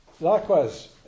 likewise